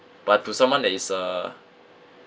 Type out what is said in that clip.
but to someone that is a